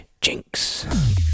jinx